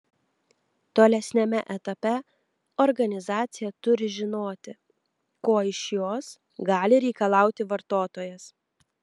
tolesniame etape organizacija turi žinoti ko iš jos gali reikalauti vartotojas